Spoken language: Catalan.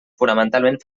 fonamentalment